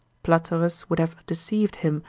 platerus would have deceived him,